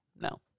No